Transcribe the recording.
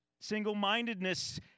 Single-mindedness